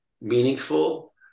meaningful